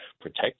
protect